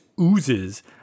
oozes